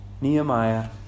Nehemiah